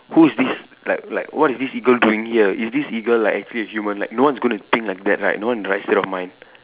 who is this like like what is this eagle doing here is this eagle like actually a human like no one is going to think like that right no one in the right state of mind